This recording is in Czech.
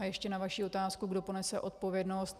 A ještě na vaši otázku, kdo ponese odpovědnost.